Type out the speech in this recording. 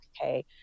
okay